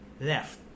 left